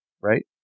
right